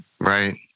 Right